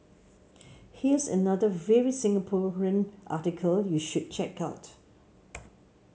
here's another very Singaporean article you should check out